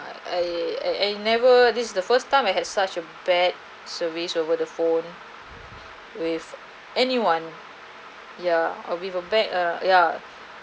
I I never this is the first time I had such a bad service over the phone with anyone yeah I'll with a bad ya